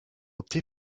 opté